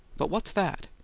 but what's that?